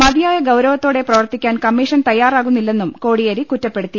മതിയായ ഗൌരവത്തോടെ പ്രവർത്തിക്കാൻ കമ്മീഷൻ തയ്യാറാകുന്നില്ലെന്നും കോടിയേരി കുറ്റപ്പെടുത്തി